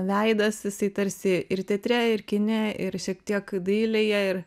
veidas jisai tarsi ir teatre ir kine ir šiek tiek dailėje ir